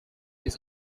his